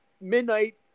midnight